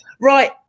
right